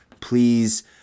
please